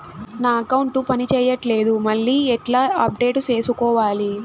నా అకౌంట్ పని చేయట్లేదు మళ్ళీ ఎట్లా అప్డేట్ సేసుకోవాలి?